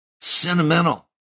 Sentimental